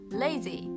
lazy